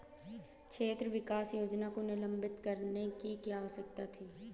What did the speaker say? क्षेत्र विकास योजना को निलंबित करने की क्या आवश्यकता थी?